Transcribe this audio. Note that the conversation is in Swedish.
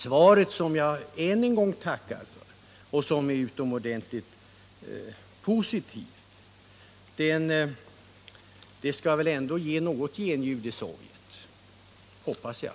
Svaret, som jag ännu en gång tackar för och som är utomordentligt positivt, skall väl ändå ge något genljud i Sovjet — hoppas jag.